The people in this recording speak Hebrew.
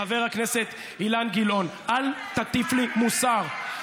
חבר הכנסת אילן גילאון, אל תטיף לי מוסר.